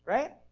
Right